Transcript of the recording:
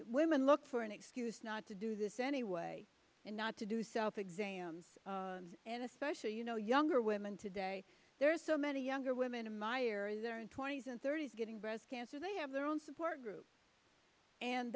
women look for an excuse not to do this anyway and not to do south exams and especially you know younger women today there are so many younger women in my area there in twenty's and thirty's getting breast cancer they have their own support group and